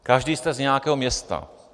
Každý jste z nějakého města.